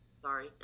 Sorry